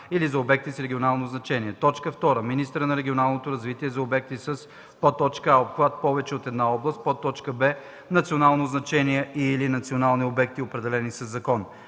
или за обекти с регионално значение. 2. министъра на регионалното развитие – за обекти със: а) обхват повече от една област; б) национално значение и/или национални обекти, определени със закон;